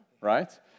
right